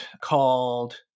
called